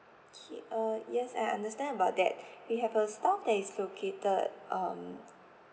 okay uh yes I understand about that we have a staff that is located um